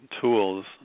tools